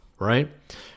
Right